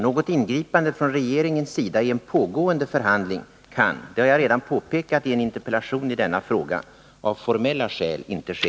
Något ingripande från regeringens sida i en pågående förhandling kan, det har jag redan påpekat i en interpellation i denna fråga, av formella skäl inte ske.